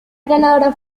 ganadora